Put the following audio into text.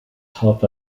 half